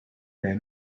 her